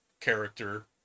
character